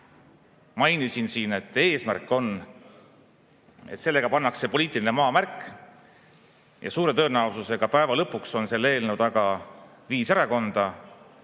mainisin, et eesmärk on, et sellega pannakse maha poliitiline maamärk ja suure tõenäosusega on lõpuks selle eelnõu taga viis erakonda.